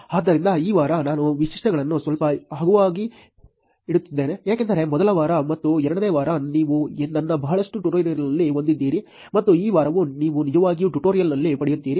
ಆದ್ದರಿಂದ ಈ ವಾರ ನಾನು ವಿಷಯಗಳನ್ನು ಸ್ವಲ್ಪ ಹಗುರವಾಗಿ ಇಡುತ್ತಿದ್ದೇನೆ ಏಕೆಂದರೆ ಮೊದಲ ವಾರ ಮತ್ತು ಎರಡನೇ ವಾರ ನೀವು ನನ್ನ ಬಹಳಷ್ಟು ಟ್ಯುಟೋರಿಯಲ್ಗಳನ್ನು ಹೊಂದಿದ್ದೀರಿ ಮತ್ತು ಈ ವಾರವೂ ನೀವು ನಿಜವಾಗಿ ಟ್ಯುಟೋರಿಯಲ್ಗಳನ್ನು ಪಡೆಯುತ್ತೀರಿ